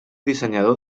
dissenyador